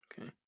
Okay